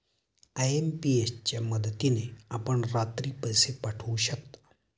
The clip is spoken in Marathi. आय.एम.पी.एस च्या मदतीने आपण रात्री पैसे पाठवू शकता